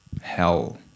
hell